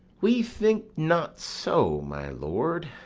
we think not so, my lord.